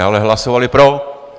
Ale hlasovali pro.